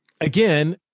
again